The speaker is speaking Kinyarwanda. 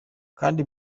kandi